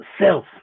self